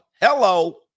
Hello